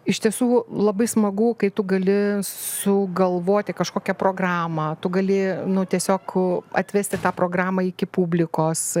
iš tiesų labai smagu kai tu gali sugalvoti kažkokią programą tu gali nu tiesiog atvesti tą programą iki publikos